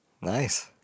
Nice